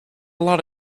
lot